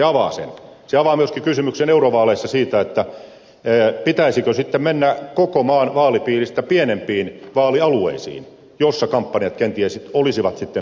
se avaa myöskin kysymyksen eurovaaleissa siitä pitäisikö sitten mennä koko maan vaalipiiristä pienempiin vaalialueisiin joilla kampanjat kenties olisivat sitten halvempia